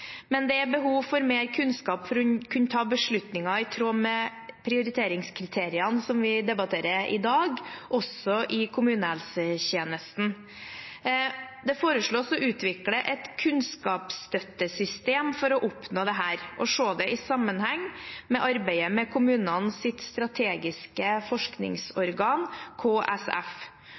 men det er behov for mer kunnskap for å kunne ta beslutninger i tråd med prioriteringskriteriene vi debatterer i dag, også i kommunehelsetjenesten. Det foreslås å utvikle et kunnskapsstøttesystem for å oppnå dette og se det i sammenheng med arbeidet med Kommunenes strategiske forskningsorgan, KSF.